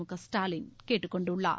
முக ஸ்டாலின் கேட்டுக் கொண்டுள்ளார்